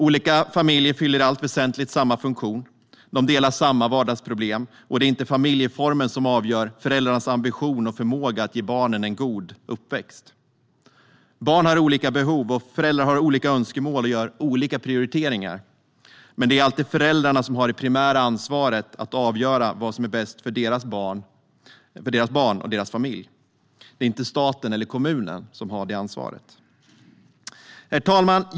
Olika familjer fyller i allt väsentligt samma funktion. De delar samma vardagsproblem, och det är inte familjeformen som avgör föräldrarnas ambition och förmåga att ge barnen en god uppväxt. Barn har olika behov, och föräldrar har olika önskemål och gör olika prioriteringar. Men det är alltid föräldrarna som har det primära ansvaret att avgöra vad som är bäst för deras barn och deras familj. Det är inte staten eller kommunen som har det ansvaret. Herr talman!